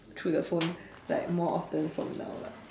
through the phone like more often from now lah